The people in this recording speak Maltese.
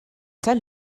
tal